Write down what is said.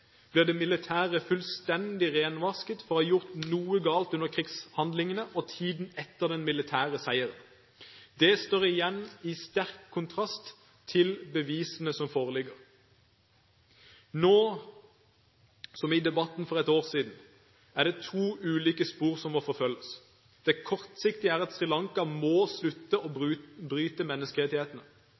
blir det militære fullstendig renvasket for å ha gjort noe galt under krigshandlingene og i tiden etter den militære seieren. Det står igjen i sterk kontrast til bevisene som foreligger. Nå, som i debatten for ett år siden, er det to ulike spor som må forfølges. Det kortsiktige er at Sri Lanka må slutte å bryte menneskerettighetene.